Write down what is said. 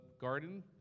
garden